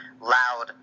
loud